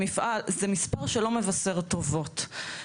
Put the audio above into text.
זה מספר שלא מבשר טובות.